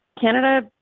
Canada